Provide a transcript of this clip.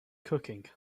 cooking